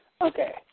Okay